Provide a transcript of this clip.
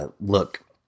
look